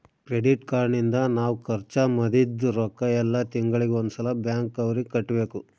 credit card ನಿಂದ ನಾವ್ ಖರ್ಚ ಮದಿದ್ದ್ ರೊಕ್ಕ ಯೆಲ್ಲ ತಿಂಗಳಿಗೆ ಒಂದ್ ಸಲ ಬ್ಯಾಂಕ್ ಅವರಿಗೆ ಕಟ್ಬೆಕು